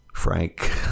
Frank